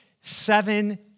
seven